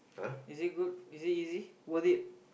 is it good is it easy worth it